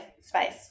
space